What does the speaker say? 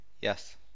yes